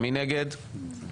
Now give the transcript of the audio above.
מי נגד?